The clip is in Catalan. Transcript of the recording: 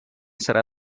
serà